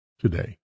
today